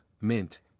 mint